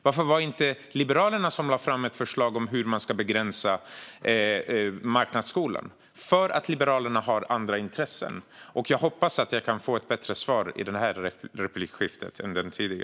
Varför var det inte Liberalerna som lade fram ett förslag om hur man ska begränsa marknadsskolan? Jo, för att Liberalerna har andra intressen. Jag hoppas att jag kan få ett bättre svar i nästa replik än i den förra.